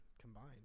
combined